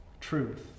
truth